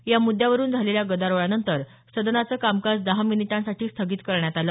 या म्द्यावरून झालेल्या गदारोळानंतर सदनाचं कामकाज दहा मिनिटांसाठी स्थगित करण्यात आलं